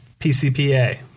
PCPA